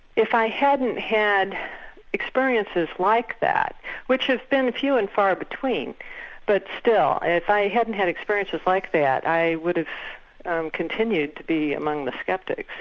if i hadn't had experiences like that which has been few and far between but still, if i hadn't had experiences like that i would have continued to be among the sceptics.